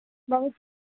भवतु